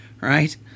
right